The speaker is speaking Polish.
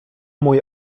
mój